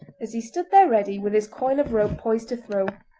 as he stood there ready, with his coil of rope poised to throw,